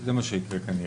זה מה שיקרה כנראה.